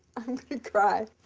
i'm gonna cry.